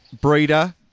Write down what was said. Breeder